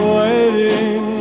waiting